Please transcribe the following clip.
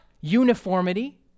uniformity